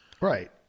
Right